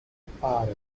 appare